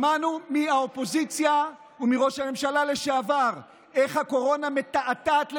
שמענו מהאופוזיציה ומראש הממשלה לשעבר איך הקורונה מתעתעת לפעמים,